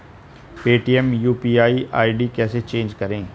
Paytm UPI ID कैसे change करें?